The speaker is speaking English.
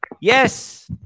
Yes